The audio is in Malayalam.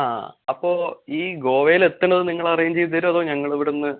ആ അപ്പോൾ ഈ ഗോവയിൽ എത്തുന്നത് നിങ്ങൾ അറേഞ്ച് ചെയ്ത് തരുമോ അതോ ഞങ്ങൾ ഇവിടുന്ന്